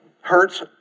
hurts